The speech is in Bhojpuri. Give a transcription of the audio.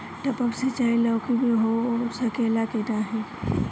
टपक सिंचाई लौकी में हो सकेला की नाही?